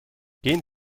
gehen